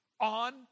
on